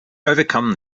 overcome